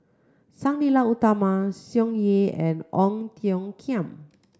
Sang Nila Utama Song Yeh and Ong Tiong Khiam